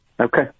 Okay